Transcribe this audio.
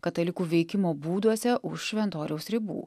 katalikų veikimo būduose už šventoriaus ribų